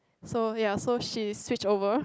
so ya so she switched over